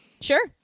sure